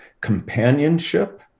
companionship